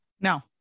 No